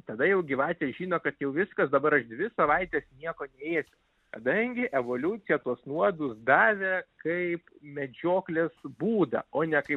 tada jau gyvatė žino kad jau viskas dabar aš dvi savaites nieko neėsiu kadangi evoliucija tuos nuodus davė kaip medžioklės būdą o ne kaip